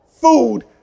food